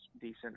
decent